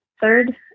third